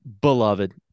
beloved